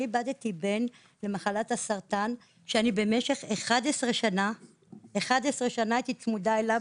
אני איבדתי בן למחלת הסרטן כשאני במשך 11 שנים הייתי צמודה אליו.